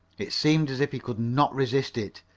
it seemed as if he could not resist it,